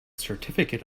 certificate